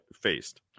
faced